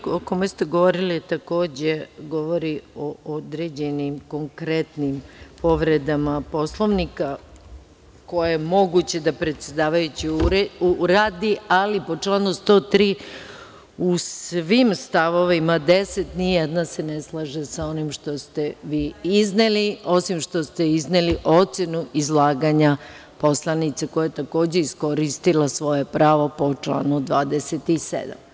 Član 103. o kome ste govorili takođe govori o određenim, konkretnim povredama Poslovnika koje je moguće da predsedavajući uradi, ali u članu 103. u svim stavovima, deset, nijedan se ne slaže sa onim što ste vi izneli, osim što ste izneli ocenu izlaganja poslanice koja je takođe iskoristila pravo po članu 27.